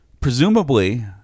Presumably